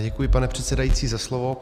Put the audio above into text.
Děkuji, pane předsedající, za slovo.